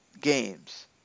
games